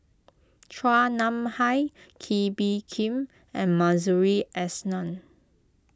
Chua Nam Hai Kee Bee Khim and Masuri S Nann